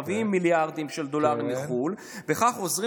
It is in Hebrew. מביאים מיליארדים של דולרים מחו"ל ובכך עוזרים